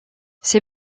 ses